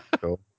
cool